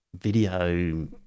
video